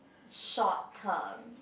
short term